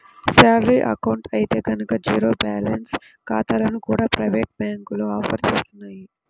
salary account అయితే గనక zero balance ఖాతాలను కూడా ప్రైవేటు బ్యాంకులు ఆఫర్ చేస్తున్నాయి